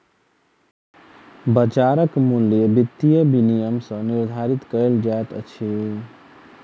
बाजारक मूल्य वित्तीय विनियम सॅ निर्धारित कयल जाइत अछि